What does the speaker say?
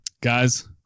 Guys